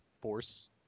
force